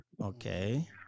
Okay